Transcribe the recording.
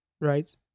right